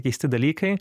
keisti dalykai